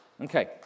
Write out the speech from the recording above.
okay